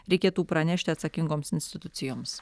reikėtų pranešti atsakingoms institucijoms